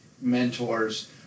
mentors